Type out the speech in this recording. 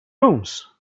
rooms